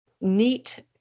neat